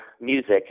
music